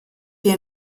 wir